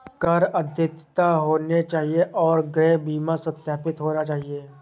कर अद्यतित होने चाहिए और गृह बीमा सत्यापित होना चाहिए